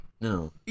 No